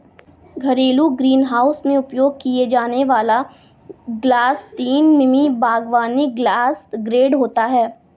घरेलू ग्रीनहाउस में उपयोग किया जाने वाला ग्लास तीन मिमी बागवानी ग्लास ग्रेड होता है